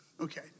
Okay